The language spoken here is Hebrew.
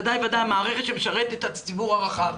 ודאי וודאי מערכת שמשרתת את הציבור הרחב,